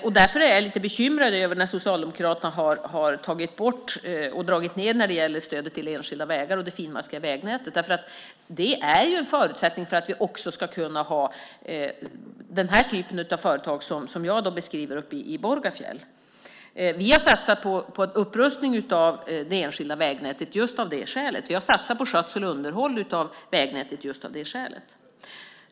Jag är lite bekymrad över att Socialdemokraterna har tagit bort och dragit ned på stödet till enskilda vägar och det finmaskiga vägnätet. Det är ju en förutsättning för att vi ska ha den typ av företag som jag beskriver uppe i Borgafjäll. Vi har satsat på upprustning av det enskilda vägnätet av just det skälet. Vi har satsat på skötsel och underhåll av vägnätet av det skälet.